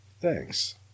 Thanks